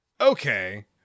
Okay